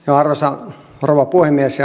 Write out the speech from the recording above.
arvoisa rouva puhemies